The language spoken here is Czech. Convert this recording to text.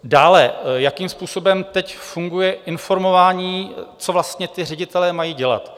Dále, jakým způsobem teď funguje informování, co vlastně ředitelé mají dělat.